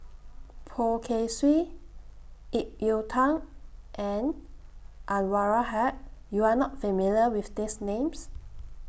Poh Kay Swee Ip Yiu Tung and Anwarul Haque YOU Are not familiar with These Names